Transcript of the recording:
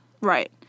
Right